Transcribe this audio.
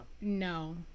No